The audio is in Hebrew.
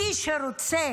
מי שרוצה